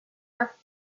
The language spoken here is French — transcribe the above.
aptes